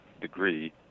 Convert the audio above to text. degree